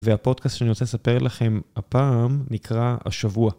והפודקאסט שאני רוצה לספר לכם הפעם נקרא השבוע.